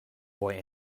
boy